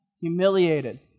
humiliated